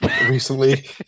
recently